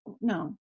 No